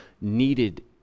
needed